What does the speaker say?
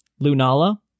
lunala